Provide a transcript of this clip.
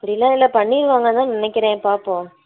அப்படியெலாம் இல்லை பண்ணிடுவாங்கன்னு தான் நினைக்கிறேன் பார்ப்போம்